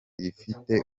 rifite